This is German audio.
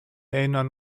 erinnern